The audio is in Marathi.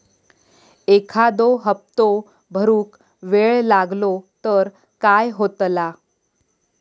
एखादो हप्तो भरुक वेळ लागलो तर काय होतला?